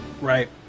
right